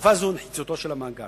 בתקופה זו נחיצותו של המאגר.